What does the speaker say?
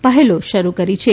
પહેલો શરૂ કરી છે